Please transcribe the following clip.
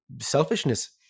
selfishness